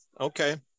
okay